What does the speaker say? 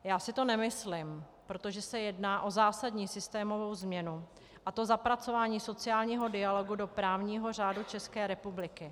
Já si to nemyslím, protože se jedná o zásadní systémovou změnu, a to zapracování sociálního dialogu do právního řádu České republiky.